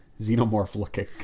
xenomorph-looking